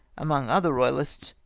among other royahsts,